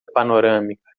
panorâmica